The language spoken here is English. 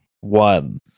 one